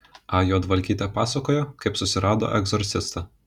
a juodvalkytė pasakojo kaip susirado egzorcistą